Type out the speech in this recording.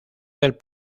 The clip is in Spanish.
del